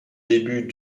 début